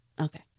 Okay